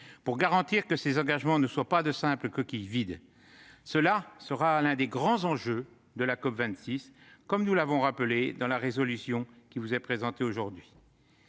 pour garantir que ces engagements ne soient pas de simples coquilles vides. Ce sera l'un des grands enjeux de la COP26, comme nous l'avons rappelé dans la proposition de résolution qui vous est présentée aujourd'hui.